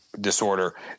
disorder